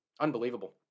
Unbelievable